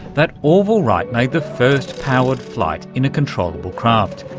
that orville wright made the first powered flight in a controllable craft.